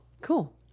cool